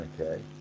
okay